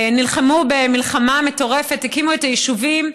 נלחמו במלחמה מטורפת, הקימו את היישובים.